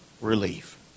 relief